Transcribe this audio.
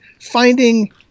finding